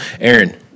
Aaron